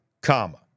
comma